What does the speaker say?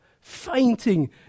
Fainting